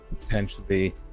potentially